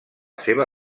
seva